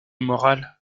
morale